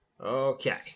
Okay